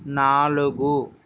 నాలుగు